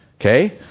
okay